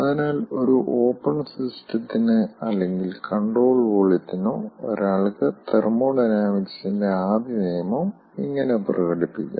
അതിനാൽ ഒരു ഓപ്പൺ സിസ്റ്റത്തിന് അല്ലെങ്കിൽ കൺട്രോൾ വോളിയത്തിനോ ഒരാൾക്ക് തെർമോഡൈനാമിക്സിന്റെ ആദ്യ നിയമം ഇങ്ങനെ പ്രകടിപ്പിക്കാം